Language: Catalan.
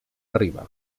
arriba